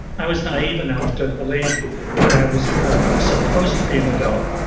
i was naive enough to believe that i was supposed to be an adult,